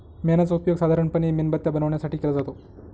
मेणाचा उपयोग साधारणपणे मेणबत्त्या बनवण्यासाठी केला जातो